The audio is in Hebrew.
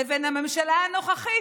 לבין הממשלה הנוכחית,